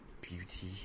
beauty